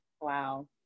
Wow